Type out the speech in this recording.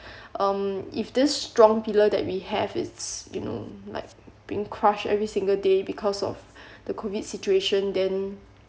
um if this strong pillar that we have is you know like being crushed every single day because of the COVID situation then